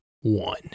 one